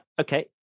okay